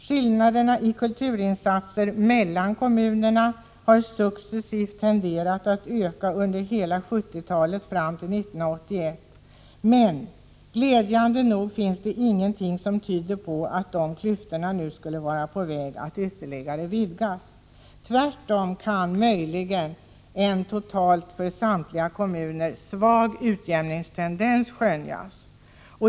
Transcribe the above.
Skillnaderna i kulturinsatser mellan kommunerna har successivt tenderat att öka under hela 1970-talet fram till 1981. Men glädjande nog finns det ingenting som tyder på att de klyftorna nu skulle vara på väg att ytterligare vidgas. Tvärtom kan möjligen en — totalt för samtliga kommuner — svag utjämningstendens skönjas.